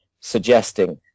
suggesting